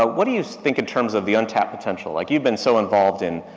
ah what do you think in terms of the untapped potential? like you've been so involved in,